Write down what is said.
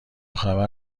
خبر